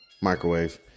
microwave